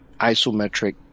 isometric